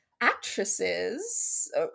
actresses